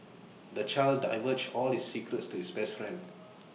the child divulged all his secrets to his best friend